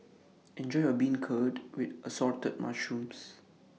Enjoy your Beancurd with Assorted Mushrooms